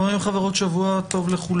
חברים וחברות, שבוע טוב לכולם.